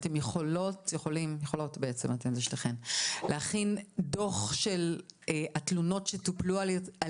אתן יכולות להכין דוח של התלונות שטופלו על